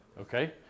Okay